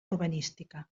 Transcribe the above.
urbanística